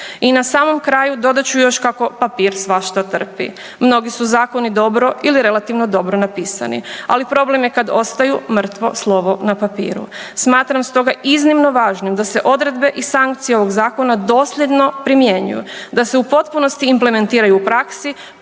I na samom kraju, dodat ću još kako papir svašta trpi. Mnogi su zakoni dobro ili relativno dobro napisani, ali problem je kad ostaju mrtvo slovo na papiru. Smatram stoga iznimno važnim da se odredbe i sankcije ovog Zakona dosljedno primjenjuju, da se u potpunosti implementiraju u praksi,